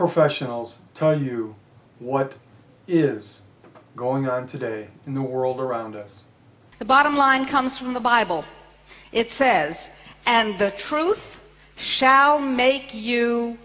professionals tell you what is going on today in the world around us the bottom line comes from the bible it says and the truth shall make you